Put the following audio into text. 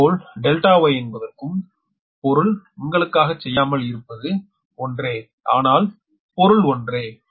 இதேபோல் ∆ Y என்பதற்கும் பொருள் உங்களுக்காகச் செய்யாமல் இருப்பது ஒன்றே ஆனால் பொருள் ஒன்றே